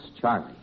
Charlie